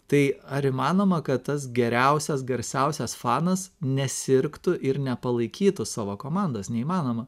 tai ar įmanoma kad tas geriausias garsiausias fanas nesirgtų ir nepalaikytų savo komandos neįmanoma